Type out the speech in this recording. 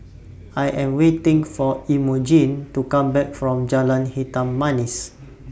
I Am waiting For Emogene to Come Back from Jalan Hitam Manis